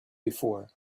before